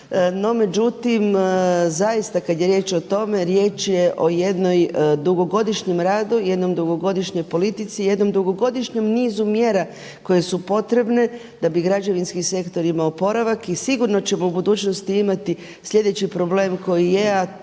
No međutim, zaista kada je riječ o tome, riječ je o jednom dugogodišnjem radu, jednoj dugogodišnjoj politici, jednom dugogodišnjem nizu mjera koje su potrebne da bi građevinski sektor imao oporavak i sigurno ćemo u budućnosti imati sljedeći problem koji je